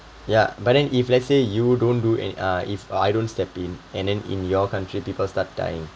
ya but then if let's say you don't do an~ uh if I don't step in and then in your country people start dying